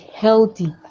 healthy